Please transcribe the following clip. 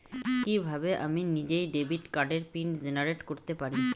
কিভাবে আমি নিজেই ডেবিট কার্ডের পিন জেনারেট করতে পারি?